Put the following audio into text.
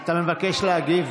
אתה מבקש להגיב?